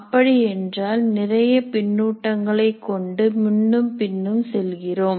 அப்படி என்றால் நிறைய பின்னூட்டங்களை கொண்டு முன்னும் பின்னும் செல்கிறோம்